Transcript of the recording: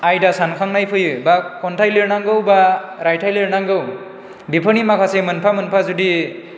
आयदा सानखांनाय फैयो बा खन्थाइ लिरनांगौ बा रायथाइ लिरनांगौ बेफोरनि माखासे मोनफा मोनफा जुदि